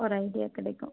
ஒரு ஐடியா கிடைக்கும்